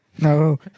No